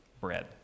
bread